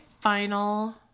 final